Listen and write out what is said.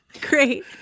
Great